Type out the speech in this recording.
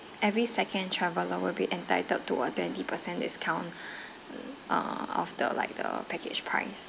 every second traveller will be entitled to a twenty percent discount uh of the like the package price